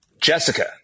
Jessica